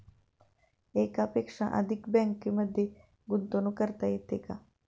एकापेक्षा अधिक बँकांमध्ये गुंतवणूक करता येते का?